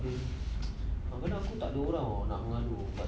apa tak ada orang nak bergaduh but